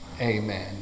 amen